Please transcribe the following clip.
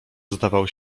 zdawał